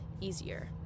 easier